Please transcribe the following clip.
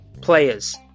players